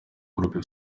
groupe